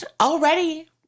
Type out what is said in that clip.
already